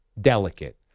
delicate